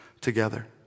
together